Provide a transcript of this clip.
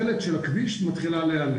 זאת אומרת כבר התוחלת של הכביש מתחילה להיעלם.